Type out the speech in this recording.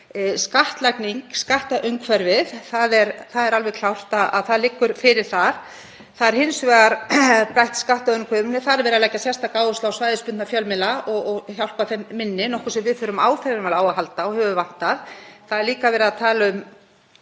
Skattlagning og skattumhverfið, það er alveg klárt að það liggur fyrir þar bætt skattumhverfi, þar er verið að leggja sérstaka áherslu á svæðisbundna fjölmiðla og hjálpa þeim minni, nokkuð sem við þurfum áþreifanlega á að halda og hefur vantað. Það er líka verið að tala um